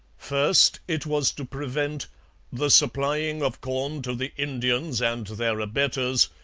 first, it was to prevent the supplying of corn to the indians and their abettors,